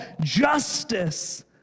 justice